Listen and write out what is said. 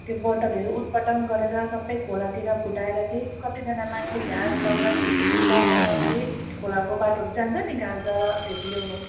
त्यो बोतलहरू उटपटाङ गरेर सबै खोलातिर फुटाएर चाहिँ कतिजना मान्छे घाँस दौरा जाने मान्छे खोलाको बाटोहरू जान्छ नि घाँस दौरा भेटी ल्याउनु